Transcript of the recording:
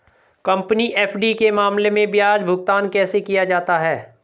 Company FD के मामले में ब्याज भुगतान कैसे किया जाता है?